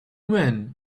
men